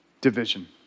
Division